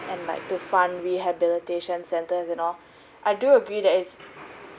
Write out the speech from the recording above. and like to fund rehabilitation centres and all I do agree that is